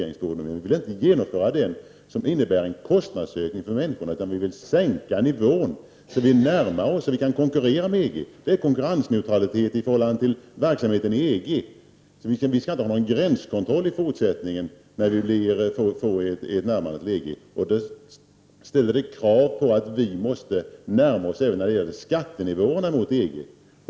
Vi vill inte genomföra något som innebär en kostnadsökning för människor, utan vi vill sänka nivån på momsen, så att vi närmar oss och kan konkurrera med länderna i EG. Vi skall ha konkurrensneutralitet i förhållande till den verksamhet som bedrivs inom EG. När Sverige får ett närmande till EG skall det i fortsättningen inte finnas några gränskontroller. Detta ställer krav på att vi även närmar oss skattenivåerna inom EG.